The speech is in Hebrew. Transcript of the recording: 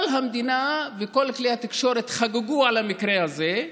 כל המדינה וכל כלי התקשורת חגגו על המקרה הזה,